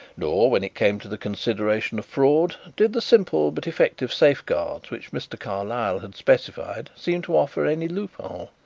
nor, when it came to the consideration of fraud, did the simple but effective safeguards which mr. carlyle had specified seem to offer any loophole.